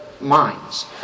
minds